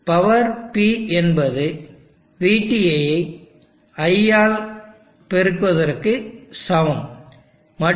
power P என்பது vT ஐ iTஆல் பெருக்குவதற்கு சமம் மற்றும்